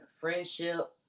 friendship